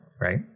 Right